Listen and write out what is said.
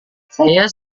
saya